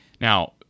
Now